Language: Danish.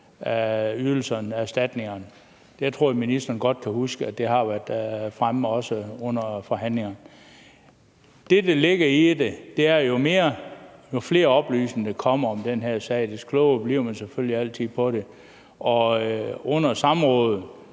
af ydelserne, af erstatningerne. Det tror jeg ministeren godt kan huske har været fremme, også under forhandlingerne. Det, der ligger i det, er, at jo flere oplysninger, der kommer om den her sag, des klogere bliver man selvfølgelig altid på det, og under samrådet